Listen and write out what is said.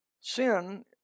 Sin